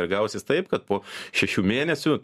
ir gausis taip kad po šešių mėnesių